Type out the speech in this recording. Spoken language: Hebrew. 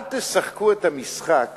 אל תשחקו את המשחק